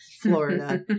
Florida